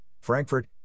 Frankfurt